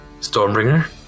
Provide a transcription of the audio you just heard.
Stormbringer